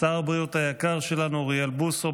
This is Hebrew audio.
שר הבריאות היקר שלנו אוריאל בוסו.